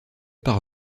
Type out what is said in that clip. par